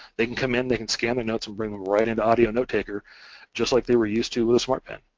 they can come in, they can scan their notes and bring them right into and audio notetaker just like they were used to with a